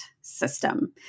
system